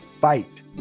fight